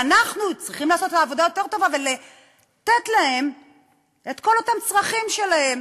ואנחנו צריכים לעשות עבודה יותר טובה ולתת להם את כל הצרכים שלהם.